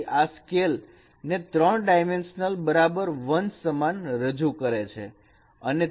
તેથી આ સ્કેલ ને 3 ડાયમેન્સન બરાબર 1 સમાન રજૂઆત કરે છે